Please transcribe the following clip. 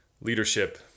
leadership